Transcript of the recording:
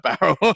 barrel